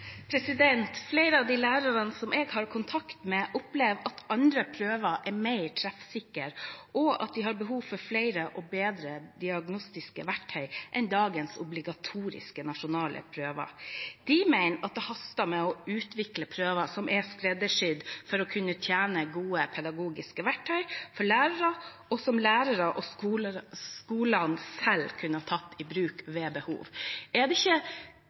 Flere av de lærerne som jeg har kontakt med, opplever at andre prøver er mer treffsikre, og at de har behov for flere og bedre diagnostiske verktøy enn dagens obligatoriske nasjonale prøver. De mener at det haster med å utvikle prøver som er skreddersydd for å kunne tjene som gode pedagogiske verktøy for lærere, og som lærerne og skolene selv kunne ha tatt i bruk ved behov.